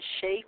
shape